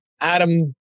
Adam